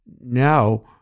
Now